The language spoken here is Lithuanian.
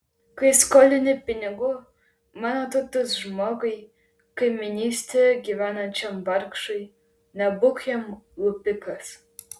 kai skolini pinigų mano tautos žmogui kaimynystėje gyvenančiam vargšui nebūk jam lupikas